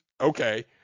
okay